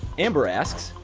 amber asks,